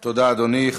תודה, אדוני.